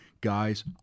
Guys